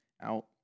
Out